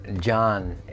John